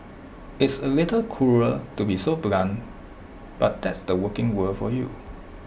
it's A little cruel to be so blunt but that's the working world for you